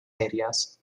areas